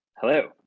Hello